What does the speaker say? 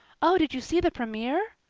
oh, did you see the premier?